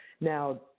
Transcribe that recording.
Now